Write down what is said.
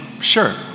sure